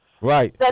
right